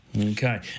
Okay